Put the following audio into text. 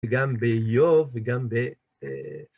וגם באיוב, וגם ב...